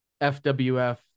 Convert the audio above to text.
FWF